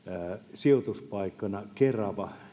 sijoituspaikkana kerava